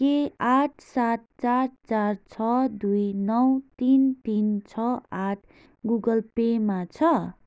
के आठ सात चार चार छ दुई नौ तिन तिन छ आठ गुगल पेमा छ